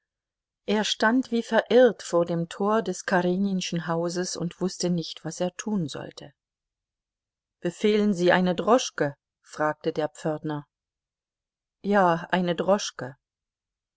er stand wie verwirrt vor dem tor des kareninschen hauses und wußte nicht was er tun sollte befehlen sie eine droschke fragte der pförtner ja eine droschke